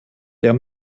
der